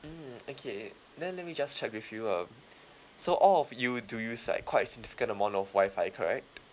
mm okay then let me just check with you um so all of you do use like quite significant amount of wi-fi correct